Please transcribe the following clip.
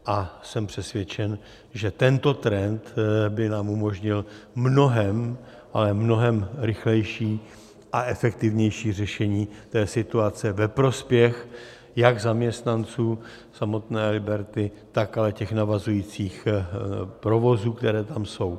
A jsem přesvědčen, že tento trend by nám umožnil mnohem, ale mnohem rychlejší a efektivnější řešení situace ve prospěch jak zaměstnanců samotné Liberty, tak ale těch navazujících provozů, které tam jsou.